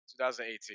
2018